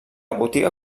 botiga